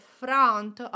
front